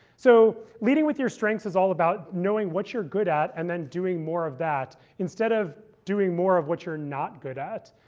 so leading with your strengths is all about knowing what you're good at, and then doing more of that, instead of doing more of what you're not good at.